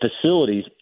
facilities